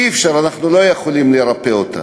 אי-אפשר, אנחנו לא יכולים לרפא אותה.